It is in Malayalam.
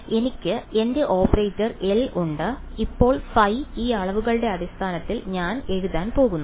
എനിക്ക് എന്റെ ഓപ്പറേറ്റർ എൽ ഉണ്ട് ഇപ്പോൾ ഫൈ ഈ അളവുകളുടെ അടിസ്ഥാനത്തിൽ ഞാൻ എഴുതാൻ പോകുന്നു